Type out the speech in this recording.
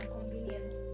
convenience